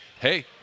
Hey